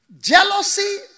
jealousy